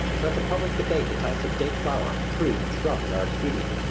let the public debate the types of state flower, tree, and shrub that are expedient,